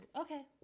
Okay